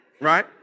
right